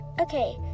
Okay